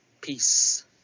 Peace